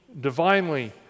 divinely